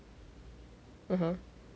(uh huh)